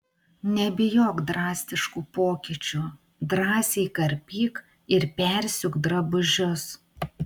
nebijok drastiškų pokyčių drąsiai karpyk ir persiūk drabužius